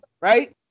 right